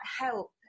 help